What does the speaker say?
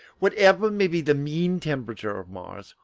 whatever may be the mean temperature of mars,